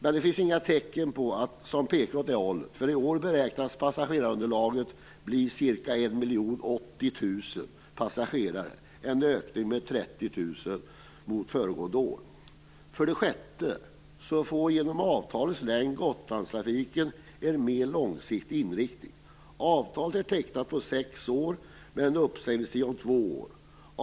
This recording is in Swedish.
Men det finns inga tecken som pekar på att passagerarantalet kommer att minska, för i år beräknas underlaget bli ca 1 080 000 För det sjätte: Genom avtalets längd får Gotlandstrafiken en mer långsiktig inriktning. Avtalet omfattar sex år med en uppsägningstid om två år.